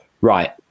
Right